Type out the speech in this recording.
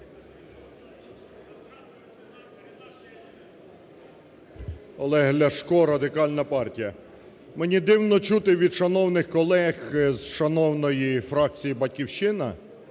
Олег Ляшко, Радикальна партія. Мені дивно чути від шановних колег з шановної фракції "Батьківщина",